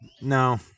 No